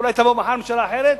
אולי תבוא מחר ממשלה אחרת,